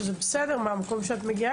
שזה בסדר מהמקום שלך,